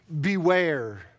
beware